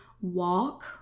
walk